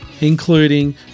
including